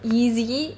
easy